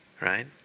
right